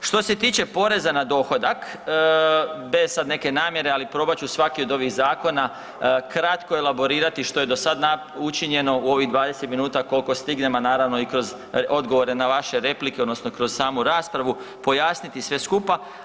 Što se tiče poreza na dohodak bez sad neke namjere ali probat ću svaki od ovih zakona kratko elaborirati što do sada učinjeno u ovih 20 minuta koliko stignem, a naravno i kroz odgovore na vaše replike odnosno kroz samu raspravu, pojasniti sve skupa.